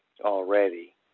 already